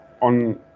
on